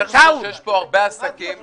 וצריך לזכור שיש פה הרבה עסקים.